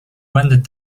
went